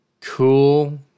Cool